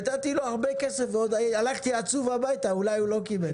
נתתי לו הרבה כסף ועוד הלכתי עצוב הביתה אולי הוא לא קיבל.